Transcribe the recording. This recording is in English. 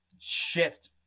shift